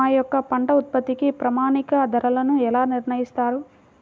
మా యొక్క పంట ఉత్పత్తికి ప్రామాణిక ధరలను ఎలా నిర్ణయిస్తారు?